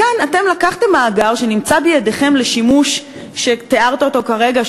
כאן לקחתם מאגר שנמצא בידיכם לשימוש שתיארת אותו כרגע,